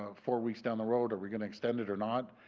ah four weeks on the road, are we going to extend it or not?